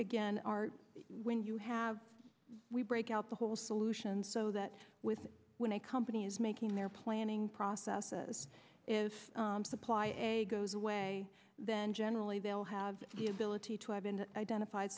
again our when you have we break out the whole solutions so that with when a company is making their planning processes if supply a goes away then generally they'll have the ability to have been identified